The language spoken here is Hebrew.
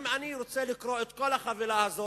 בבקשה.